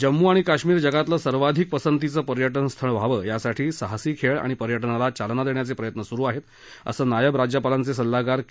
जम्मू आणि काश्मीर जगातलं सर्वाधिक पसंतीचं पर्यटनस्थळ व्हावं यासाठी साहसी खेळ आणि पर्यटनाला चालना देण्याचे प्रयत्न सुरु आहेत असं नायब राज्यपालांचे सल्लागार के